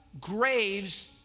graves